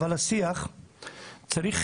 אבל השיח צריך,